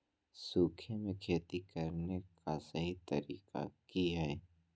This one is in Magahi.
सूखे में खेती करने का सही तरीका की हैय?